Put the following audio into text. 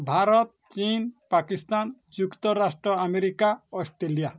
ଭାରତ ଚୀନ ପାକିସ୍ତାନ ଯୁକ୍ତରାଷ୍ଟ୍ର America Australia